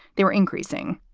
they were increasing,